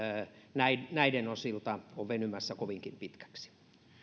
näiden osalta on venymässä kovinkin pitkäksi